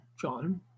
John